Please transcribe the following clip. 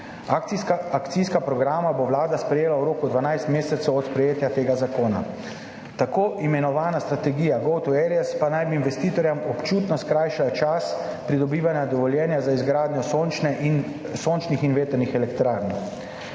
Akcijska programa bo Vlada sprejela v roku 12 mesecev od sprejetja tega zakona. Tako imenovana strategija go-to-areas pa naj bi investitorjem občutno skrajšala čas pridobivanja dovoljenja za izgradnjo sončnih in vetrnih elektrarn.